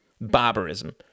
barbarism